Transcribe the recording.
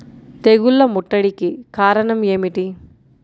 తెగుళ్ల ముట్టడికి కారణం ఏమిటి?